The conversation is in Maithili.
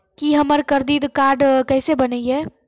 की हमर करदीद कार्ड केसे बनिये?